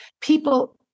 people